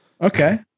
Okay